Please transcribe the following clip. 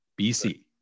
BC